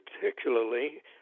particularly